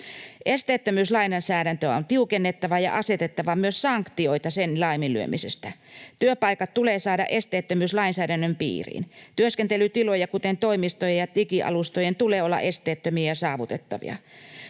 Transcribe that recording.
Esteettömyyslainsäädäntöä on tiukennettava ja asetettava myös sanktioita sen laiminlyömisestä. Työpaikat tulee saada esteettömyyslainsäädännön piiriin. Työskentelytilojen, kuten toimistojen ja digialustojen, tulee olla esteettömiä ja saavutettavia.